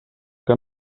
que